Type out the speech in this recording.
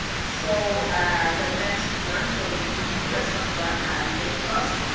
so and the next one will be let's talk about our mentors.